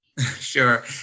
Sure